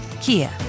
Kia